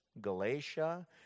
Galatia